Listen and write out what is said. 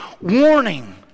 warning